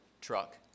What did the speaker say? truck